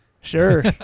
Sure